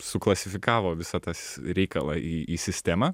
suklasifikavo visą tas reikalą į į sistemą